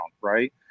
Right